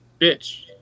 bitch